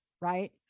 right